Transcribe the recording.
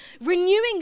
Renewing